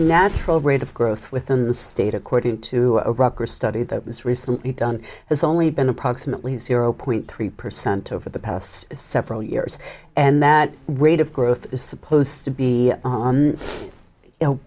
natural rate of growth within the state according to a rock or a study that was recently done has only been approximately zero point three percent over the past several years and that rate of growth is supposed to be